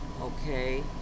okay